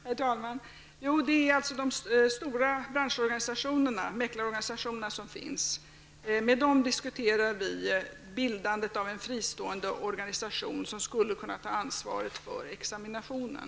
Herr talman! Saken är alltså den, att vi med de stora mäklarorganisationerna diskuterar bildandet av en fristående organisation, som skulle kunna ta ansvar för examinationen.